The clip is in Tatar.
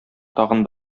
тагын